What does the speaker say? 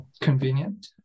convenient